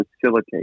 facilitate